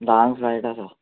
धांक फ्लायट आसा